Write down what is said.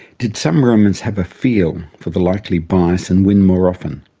did some romans have a feel for the likely bias and win more often?